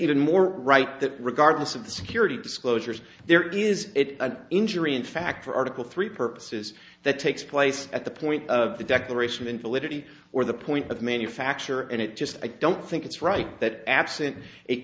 even more right that regardless of the security disclosures there is an injury in fact for article three purposes that takes place at the point of the declaration of invalidity or the point of manufacture and it just i don't think it's right that absent